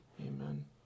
Amen